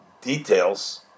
details